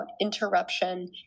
interruption